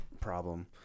problem